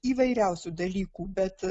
įvairiausių dalykų bet